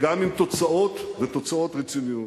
וגם עם תוצאות ותוצאות רציניות.